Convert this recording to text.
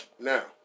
Now